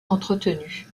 entretenus